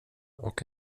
och